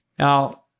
Now